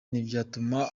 ntibyatuma